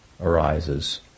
arises